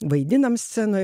vaidinam scenoj